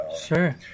Sure